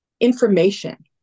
information